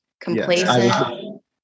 complacent